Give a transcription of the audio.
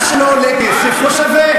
מה שלא עולה כסף לא שווה.